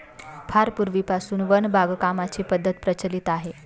फार पूर्वीपासून वन बागकामाची पद्धत प्रचलित आहे